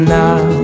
now